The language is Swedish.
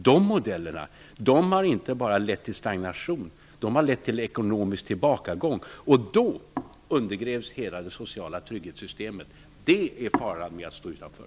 Dessa modeller har inte bara lett till stagnation, utan de har lett till ekonomisk tillbakagång. Då undergrävs hela det sociala trygghetssystemet. Det är faran med att stå utanför.